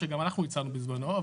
שגם אנחנו הצענו בזמנו.